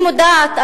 אני מודעת,